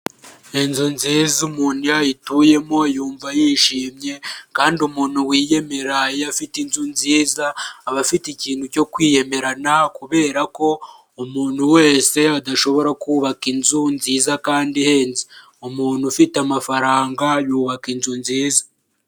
Inzu nziza umuntu iyo ayituyemo yumva yishimye, kandi umuntu wiyemera iyo afite inzu nziza aba afite ikintu cyo kwiyemeranaranya, kubera ko umuntu wese adashobora kubaka inzu nziza kandi ihenze, umuntu ufite amafaranga yubaka inzu nziza.